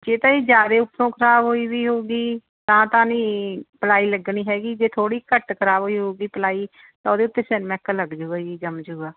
ਜੇ ਤਾਂ ਜੀ ਜ਼ਿਆਦੇ ਉਪਰੋਂ ਖ਼ਰਾਬ ਹੋਈ ਵੀ ਹੋਉਗੀ ਤਾਂ ਤਾਂ ਨਹੀਂ ਪਲਾਈ ਲੱਗਣੀ ਹੈਗੀ ਜੇ ਥੋੜ੍ਹੀ ਘੱਟ ਖ਼ਰਾਬ ਹੋਈ ਹੋਉਗੀ ਪਲਾਈ ਤਾਂ ਉਹਦੇ ਉੱਤੇ ਸਰਮੈਕਾ ਲੱਗ ਜਾਵੇਗਾ ਜੀ ਜੰਮ ਜੂਗਾ